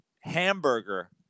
hamburger